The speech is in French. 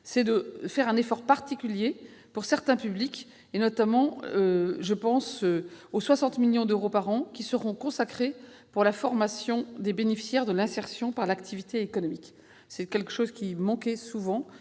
est de faire un effort particulier pour certains publics. Je pense notamment aux 60 millions d'euros par an qui seront consacrés à la formation des bénéficiaires de l'insertion par l'activité économique. Ce volet formation manquait souvent